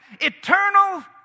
eternal